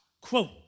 quote